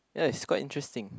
ya it's quite interesting